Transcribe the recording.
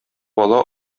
бала